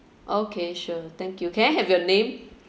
okay sure thank you can I have your name